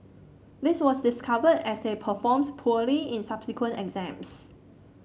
this was discovered as they performs poorly in subsequent exams